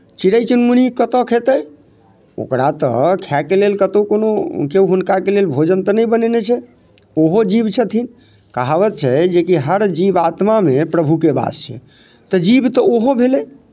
चिड़ै चुनमुनी कतय खेतै ओकरा तऽ खाएके लेल कतहु कोनो केओ हुनका के लेल भोजन तऽ नहि बनेने छै ओहो जीव छथिन कहावत छै जेकि हर जीव आत्मामे प्रभुके वास छै तऽ जीव तऽ ओहो भेलै